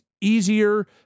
easier